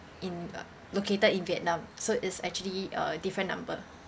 in uh located in vietnam so it's actually a different number